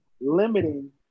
limiting